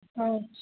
अच्छे